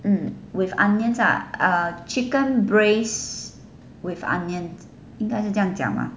mm with onions lah uh chicken braised with onions 应该是这样讲吗